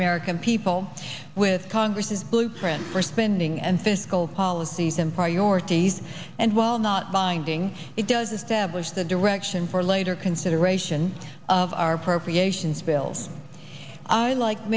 american people with congress's blueprint for spending and fiscal policies and priorities and will not binding it does establish the direction for later consideration of our appropriations bills i like